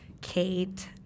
kate